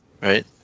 Right